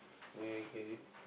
ya I get it